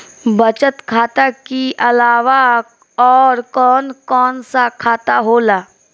बचत खाता कि अलावा और कौन कौन सा खाता होला?